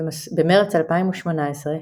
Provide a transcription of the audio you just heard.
במרץ 2018,